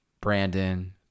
Brandon